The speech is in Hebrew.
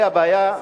הרי הבעיה,